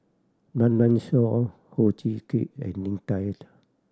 Run Run Shaw Ho Chee Kick and Lim Hak Tai